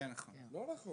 כן נכון.